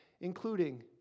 including